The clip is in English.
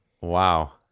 Wow